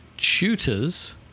tutors